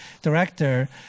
director